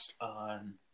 on